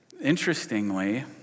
Interestingly